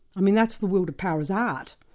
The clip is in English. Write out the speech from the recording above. i mean that's the will to power his art,